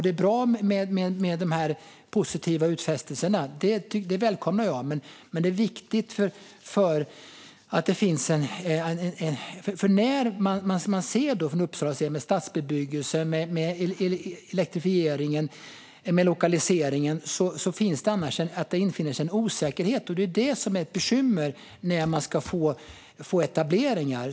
Det är bra med de positiva utfästelserna; dem välkomnar jag. Men det är viktigt med ett svar till Uppsala sett till stadsbebyggelsen, elektrifieringen och lokaliseringen. Annars infinner sig en osäkerhet, och det är det som är ett bekymmer när man vill få etableringar.